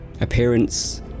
Appearance